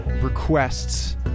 requests